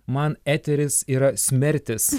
man eteris yra smertis